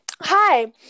Hi